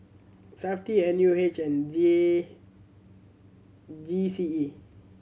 Safti N U H and G A G C E